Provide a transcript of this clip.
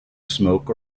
smoke